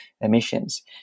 emissions